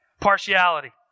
Partiality